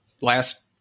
last